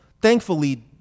Thankfully